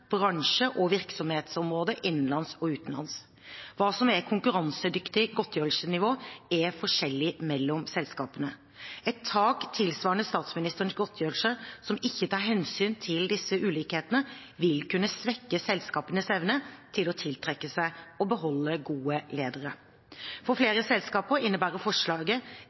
bransje og virksomhetsområde, innenlands og utenlands. Hva som er konkurransedyktig godtgjørelsesnivå, er forskjellig mellom selskapene. Et tak tilsvarende statsministerens godtgjørelse, som ikke tar hensyn til disse ulikhetene, vil kunne svekke selskapenes evne til å tiltrekke seg og beholde gode ledere. For flere selskaper innebærer forslaget